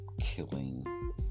killing